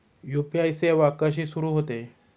UPI सेवा कशी सुरू होते?